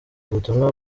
ubutumwa